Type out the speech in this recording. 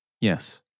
Yes